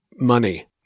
money